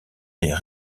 des